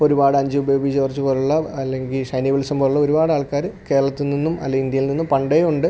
ഒരുപാടഞ്ചു ബേബി ജോർജ് പോലെയുള്ള അല്ലെങ്കിൽ ഷൈനി വിൽസൺ പോലുള്ള ഒരുപാടാൾക്കാർ കേരളത്തിൽ നിന്നും അല്ലെ ഇന്ത്യയിൽ നിന്നും പണ്ടേയുണ്ട്